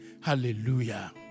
Hallelujah